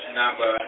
number